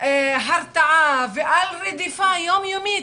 הרתעה ועל רדיפה יום-יומית,